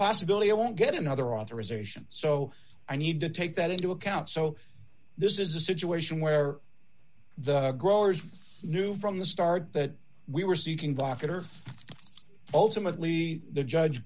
possibility i won't get another authorization so i need to take that into account so this is a situation where the growers knew from the start that we were seeking doctor ultimately the judge